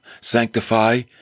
sanctify